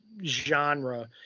genre